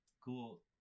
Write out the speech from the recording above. cool